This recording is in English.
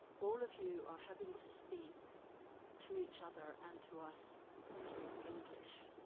all of you are having to speak to each other and to us through english,